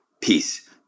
peace